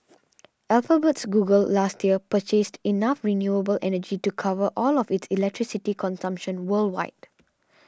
Alphabet's Google last year purchased enough renewable energy to cover all of its electricity consumption worldwide